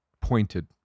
pointed